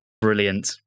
Brilliant